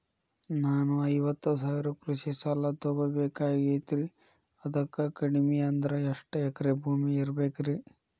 ನಾನು ಐವತ್ತು ಸಾವಿರ ಕೃಷಿ ಸಾಲಾ ತೊಗೋಬೇಕಾಗೈತ್ರಿ ಅದಕ್ ಕಡಿಮಿ ಅಂದ್ರ ಎಷ್ಟ ಎಕರೆ ಭೂಮಿ ಇರಬೇಕ್ರಿ?